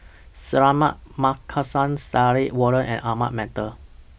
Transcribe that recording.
Suratman Markasan Stanley Warren and Ahmad Mattar